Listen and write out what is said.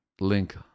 Link